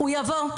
הוא יבוא,